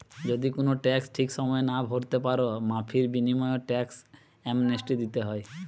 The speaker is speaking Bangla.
যদি কুনো ট্যাক্স ঠিক সময়ে না ভোরতে পারো, মাফীর বিনিময়ও ট্যাক্স অ্যামনেস্টি দিতে হয়